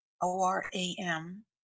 O-R-A-M